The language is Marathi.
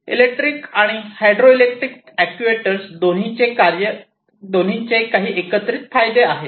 इलेक्ट्रिक आणि हायड्रॉलिक अॅक्ट्युएटर्स दोन्हीचे काही एकत्रित फायदे आहेत